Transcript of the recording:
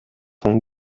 von